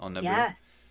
Yes